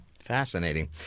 Fascinating